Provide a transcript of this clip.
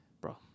Bro